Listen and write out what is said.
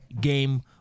game